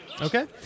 Okay